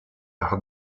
par